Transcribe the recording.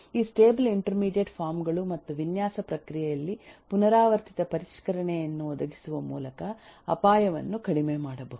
ಈ stable intermediate form ಗಳು ಮತ್ತು ವಿನ್ಯಾಸ ಪ್ರಕ್ರಿಯೆಯಲ್ಲಿ ಪುನರಾವರ್ತಿತ ಪರಿಷ್ಕರಣೆಯನ್ನು ಒದಗಿಸುವ ಮೂಲಕ ಅಪಾಯವನ್ನು ಕಡಿಮೆ ಮಾಡಬಹುದು